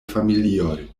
familioj